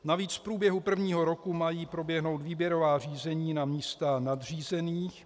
Navíc v průběhu prvního roku mají proběhnout výběrová řízení na místa nadřízených.